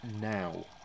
now